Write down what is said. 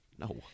No